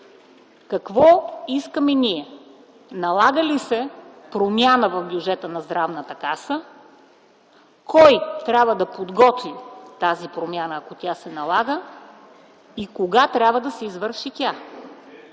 какво искаме ние? Налага ли се промяна в бюджета на Здравната каса? Кой трябва да подготви тази промяна, ако тя се налага? Кога трябва да се извърши тя?